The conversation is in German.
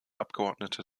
abgeordnete